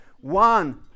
One